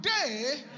today